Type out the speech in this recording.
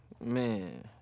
Man